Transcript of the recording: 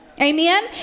Amen